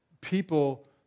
people